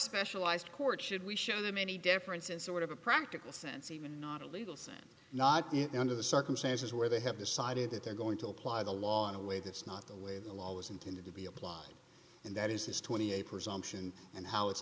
specialized court should we show them any difference in sort of a practical sense even not a legal sense not under the circumstances where they have decided that they're going to apply the law in a way that's not the way the law was intended to be applied and that is this twenty a presumption and how it's